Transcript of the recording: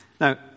Now